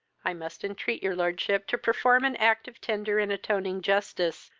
i must entreat your lordship to perform an act of tender and atoning justice,